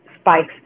spikes